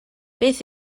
beth